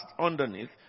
underneath